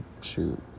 Shoot